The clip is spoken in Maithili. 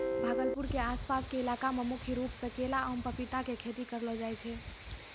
भागलपुर के आस पास के इलाका मॅ मुख्य रूप सॅ केला, आम, पपीता के खेती करलो जाय छै